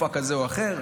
מופע כזה או אחר,